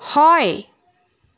হয়